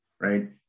right